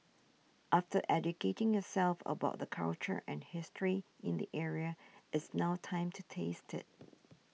after educating yourself about the culture and history in the area it's now time to taste it